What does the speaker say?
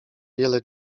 wiele